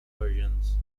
versions